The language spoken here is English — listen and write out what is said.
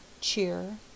Cheer